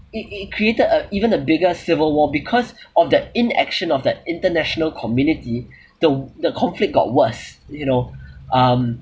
it it created uh even the biggest civil war because of the inaction of the international community the the conflict got worse you know um